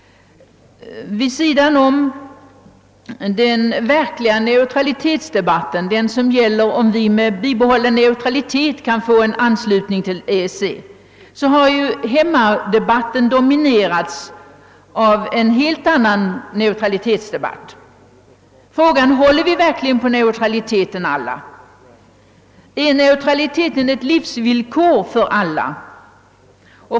Vid sidan av den verkliga neutralitetsdebatten, den som gäller om vi med bibehållen neutralitet kan få en anslutning till EEC, har ju hemmadebatten dominerats av en helt annan neutralitetsdebatt, nämligen frågan: Håller vi verkligen alla på neutraliteten? Är neutraliteten ett livsvillkor för alla?